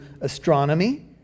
astronomy